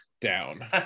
down